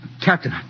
Captain